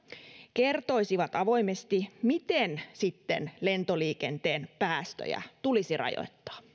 kertoisivat avoimesti miten sitten lentoliikenteen päästöjä tulisi rajoittaa